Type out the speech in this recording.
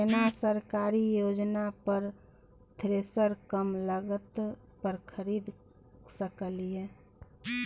केना सरकारी योजना पर थ्रेसर कम लागत पर खरीद सकलिए?